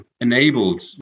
enabled